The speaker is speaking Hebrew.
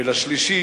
ולשלישי,